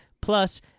Plus